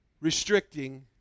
restricting